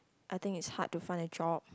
I think it's hard to find a job